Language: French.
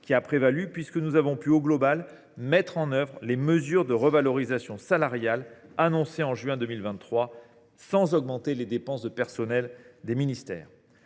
qui a prévalu, puisque nous avons pu, de manière globale, mettre en œuvre les mesures de revalorisation salariale annoncées en juin 2023 sans augmenter les dépenses de personnel des ministères.